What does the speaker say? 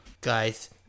guys